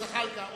זחאלקה,